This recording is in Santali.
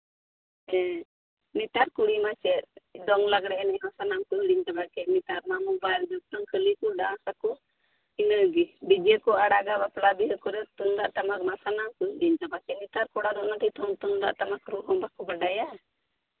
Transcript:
ᱦᱮᱸ ᱱᱮᱛᱟᱨ ᱠᱩᱲᱤ ᱢᱟ ᱪᱮᱫ ᱫᱚᱝ ᱞᱟᱸᱜᱽᱲᱮ ᱮᱱᱮᱡ ᱦᱚᱸ ᱥᱟᱱᱟᱢ ᱠᱚ ᱦᱤᱲᱤᱧ ᱪᱟᱵᱟ ᱠᱮᱫ ᱱᱮᱛᱟᱨ ᱢᱟ ᱢᱳᱵᱟᱭᱤᱞ ᱡᱩᱜᱽ ᱠᱟᱱ ᱠᱷᱟᱹᱞᱤ ᱠᱚ ᱰᱮᱹᱱᱥᱟᱠᱚ ᱤᱱᱟᱹᱜᱮ ᱰᱤᱡᱮ ᱠᱚ ᱟᱲᱟᱜᱟ ᱵᱟᱯᱞᱟ ᱵᱤᱦᱟᱹ ᱠᱚᱨᱮᱫ ᱛᱩᱢᱫᱟᱜ ᱴᱟᱢᱟᱠ ᱢᱟ ᱥᱟᱱᱟᱢ ᱠᱚ ᱦᱤᱲᱤᱧ ᱪᱟᱵᱟ ᱠᱮᱫ ᱱᱮᱛᱟᱨ ᱠᱚᱲᱟ ᱫᱚ ᱚᱱᱟ ᱛᱮᱜᱮ ᱛᱚ ᱛᱩᱢᱫᱟᱜ ᱴᱟᱢᱟᱠ ᱨᱩ ᱦᱚᱸ ᱵᱟᱠᱚ ᱵᱟᱰᱟᱭᱟ